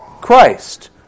Christ